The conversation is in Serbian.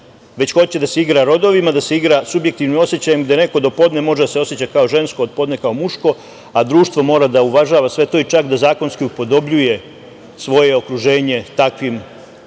već hoće da se igra rodovima, da se igra subjektivnim osećajem, da neko do podne može da se oseća kao žensko, od podne kao muško, a društvo mora da uvažava sve to i čak da zakonski upodobljuje svoje okruženje takvim